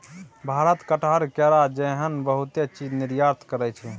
भारत कटहर, केरा जेहन बहुते चीज निर्यात करइ छै